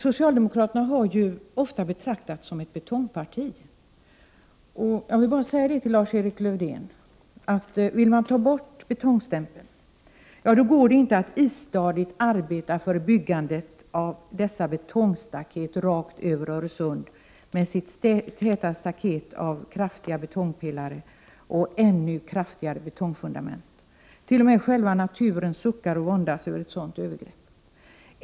Socialdemokraterna har ofta betraktats som ett betongparti, och jag vill säga till Lars-Erik Lövdén, att om socialdemokraterna vill ta bort betong Prot. 1988/89:35 stämpeln, går det inte att istadigt arbeta för byggandet av detta täta staket 30 november 1988 rakt över Öresund med kraftiga betongpelare och ännu kraftigare betongfun = dament. T.o.m. själva naturen suckar och våndas över ett sådant övergrepp.